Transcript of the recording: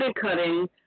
cutting